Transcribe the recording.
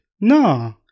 no